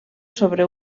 sobre